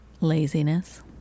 laziness